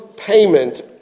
Payment